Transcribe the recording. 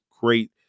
great